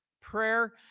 Prayer